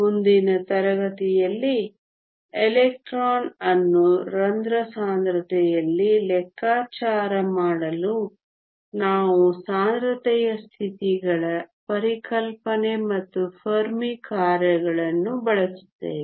ಮುಂದಿನ ತರಗತಿಯಲ್ಲಿ ಎಲೆಕ್ಟ್ರಾನ್ ಅನ್ನು ರಂಧ್ರ ಸಾಂದ್ರತೆಯಲ್ಲಿ ಲೆಕ್ಕಾಚಾರ ಮಾಡಲು ನಾವು ಸಾಂದ್ರತೆಯ ಸ್ಥಿತಿಗಳ ಪರಿಕಲ್ಪನೆ ಮತ್ತು ಫೆರ್ಮಿ ಕಾರ್ಯಗಳನ್ನು ಬಳಸುತ್ತೇವೆ